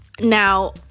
Now